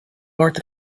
north